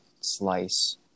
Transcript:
slice